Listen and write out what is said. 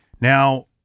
Now